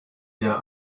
der